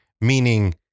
meaning